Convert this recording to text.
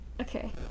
okay